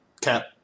cat